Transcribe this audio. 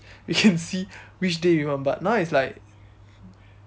we can see which day we want but now is like